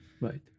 right